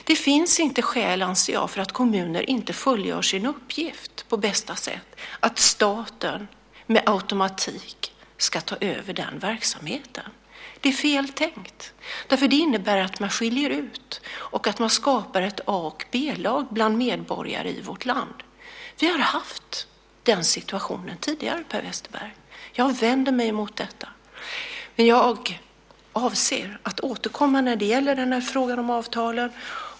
Jag anser inte att det finns skäl för kommunerna att inte fullgöra sin uppgift på bästa sätt och att staten med automatik ska ta över den verksamheten. Det är fel tänkt för det innebär att man skiljer ut och skapar ett A och ett B-lag bland medborgare i vårt land. Vi har tidigare haft den situationen, Per Westerberg. Jag vänder mig mot det. Jag avser att återkomma i fråga om avtalen.